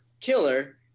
killer